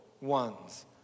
One's